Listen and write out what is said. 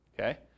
Okay